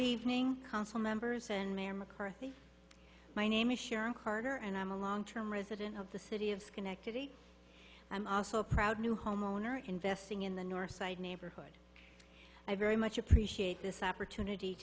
evening council members and mayor mccarthy my name is sharon carter and i'm a long term resident of the city of schenectady i'm also proud new homeowner investing in the north side neighborhood i very much appreciate this opportunity